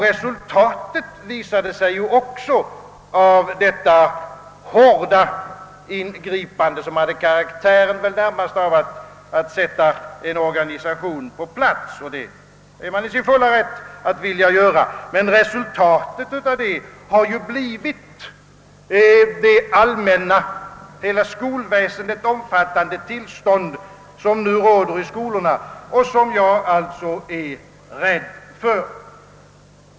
Resultatet av detta hårda ingripande, som närmast hade karaktären av ett försök att sätta en organisation på plats — vilket verket ju har rätt att vilja göra — har också blivit det hela skolväsendet omfattande tillstånd som nu råder och som jag hyser farhågor för.